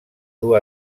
dur